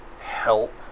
help